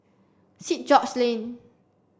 steet George's Lane